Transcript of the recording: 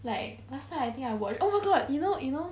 like last time I think I will oh my god you know you know